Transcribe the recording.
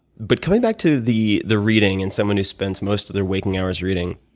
but going back to the the reading and someone who spends most of their waking hours reading,